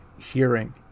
hearing